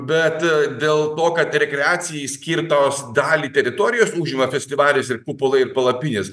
bet dėl to kad rekreacijai skirtos dalį teritorijos užima festivalis ir kupolai ir palapinės